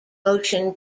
motion